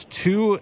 two